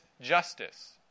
justice